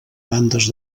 bandes